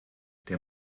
der